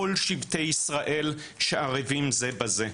כל שבטי ישראל שערבים זה בזה.